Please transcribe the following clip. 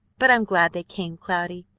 but i'm glad they came, cloudy.